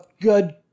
good